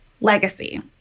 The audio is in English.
legacy